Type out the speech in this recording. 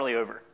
over